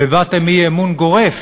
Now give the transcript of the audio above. והבעתם אי-אמון גורף